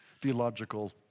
theological